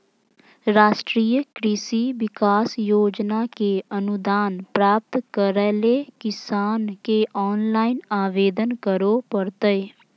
राष्ट्रीय कृषि विकास योजना के अनुदान प्राप्त करैले किसान के ऑनलाइन आवेदन करो परतय